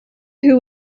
who